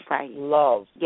love